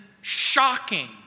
shocking